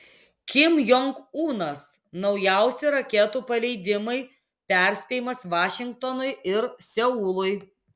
kim jong unas naujausi raketų paleidimai perspėjimas vašingtonui ir seului